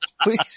Please